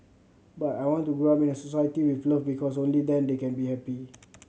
but I want to grow up in a society with love because only then they can be happy